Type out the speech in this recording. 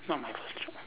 not my first job